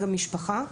גם משפחה.